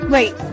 Wait